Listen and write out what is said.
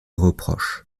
reproches